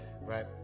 right